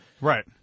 right